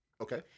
Okay